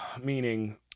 meaning